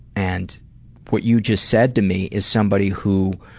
and what you just said to me is somebody who